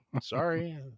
sorry